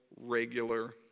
regular